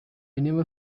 never